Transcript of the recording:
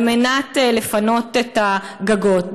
על מנת לפנות את הגגות,